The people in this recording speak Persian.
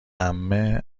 عمه